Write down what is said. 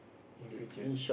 in future